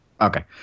okay